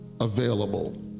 available